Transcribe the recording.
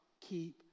keep